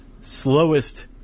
slowest